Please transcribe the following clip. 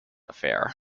affair